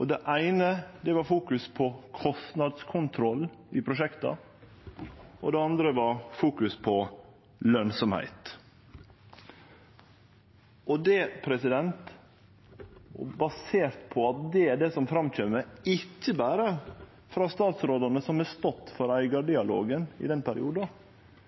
Det eine var at ein fokuserte på kostnadskontroll i prosjekta, og det andre var at ein fokuserte på lønsemd. Basert på det som kjem fram – og ikkje berre frå statsrådane som har stått for eigardialogen i den perioden,